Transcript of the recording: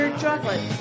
chocolate